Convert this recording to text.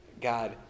God